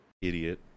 Idiot